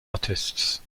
artists